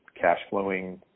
cash-flowing